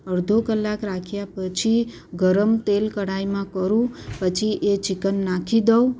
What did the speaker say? અડધો કલાક રાખ્યા પછી ગરમ તેલ કડાઈમાં કરું પછી એ ચીકન નાખી દઉં